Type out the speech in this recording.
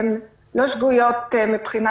הן לא שגויות מבחינה